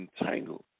entangled